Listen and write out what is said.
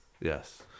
Yes